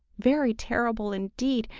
very terrible indeed,